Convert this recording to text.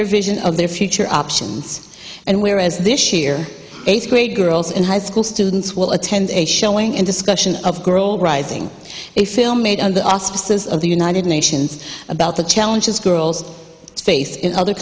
their vision of their future options and where as this year eighth grade girls in high school students will attend a showing and discussion of girl rising a film made under the auspices of the united nations about the challenges girls face in other